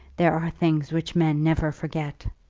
there are things which men never forget.